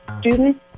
students